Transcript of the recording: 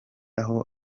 aho